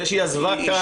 עזבה את הדיון.